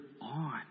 on